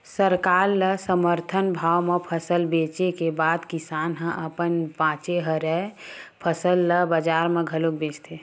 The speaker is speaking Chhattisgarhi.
सरकार ल समरथन भाव म फसल बेचे के बाद किसान ह अपन बाचे हरय फसल ल बजार म घलोक बेचथे